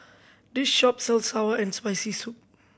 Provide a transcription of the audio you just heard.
this shop sells sour and Spicy Soup